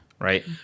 Right